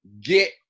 get